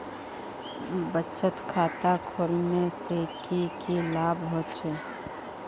बचत खाता खोलने से की की लाभ होचे?